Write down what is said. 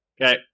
Okay